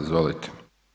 Izvolite.